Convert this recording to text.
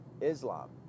Islam